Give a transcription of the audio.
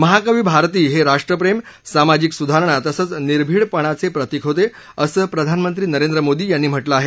महाकवी भारती हे राष्ट्रप्रेम सामाजिक सुधारणा तसंच निर्भिडपणाचे प्रतीक होते असं प्रधानमंत्री नरेंद्र मोदी यांनी म्हटलं आहे